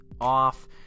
off